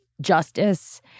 justice